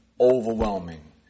overwhelming